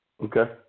Okay